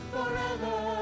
Forever